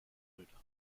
brüder